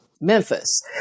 Memphis